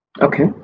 okay